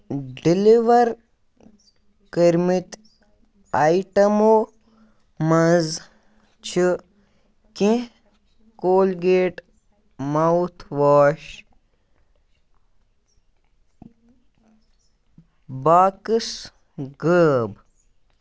deliver کٔرۍ مٕتۍ آیٹمو منٛز چھِ کیٚنٛہہ کولگیٹ ماوُتھ واش باکٕس غٲب